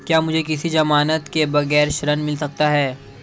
क्या मुझे किसी की ज़मानत के बगैर ऋण मिल सकता है?